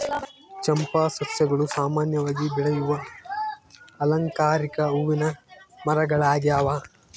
ಚಂಪಾ ಸಸ್ಯಗಳು ಸಾಮಾನ್ಯವಾಗಿ ಬೆಳೆಯುವ ಅಲಂಕಾರಿಕ ಹೂವಿನ ಮರಗಳಾಗ್ಯವ